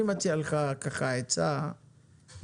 אני מציע לך עצה מעשית.